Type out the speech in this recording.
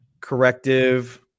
corrective